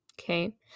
Okay